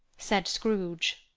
said scrooge.